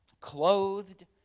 clothed